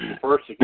first